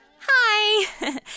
Hi